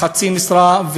בחצי משרה,